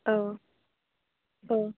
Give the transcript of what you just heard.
औ औ